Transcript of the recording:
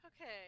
Okay